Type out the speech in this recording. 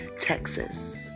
Texas